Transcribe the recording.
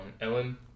Ellen